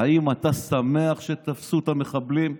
אם אתה שמח שתפסו את המחבלים,